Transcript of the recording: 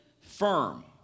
firm